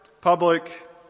public